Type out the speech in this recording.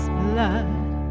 blood